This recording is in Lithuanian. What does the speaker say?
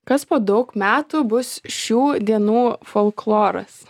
kas po daug metų bus šių dienų folkloras